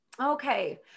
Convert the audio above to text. Okay